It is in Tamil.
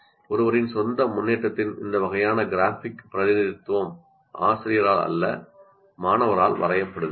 ஒருவரின் சொந்த முன்னேற்றத்தின் இந்த வகையான கிராஃபிக் பிரதிநிதித்துவம் ஆசிரியரால் அல்ல மாணவரால் வரையப்படுகிறது